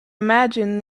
imagine